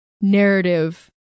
narrative